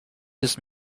this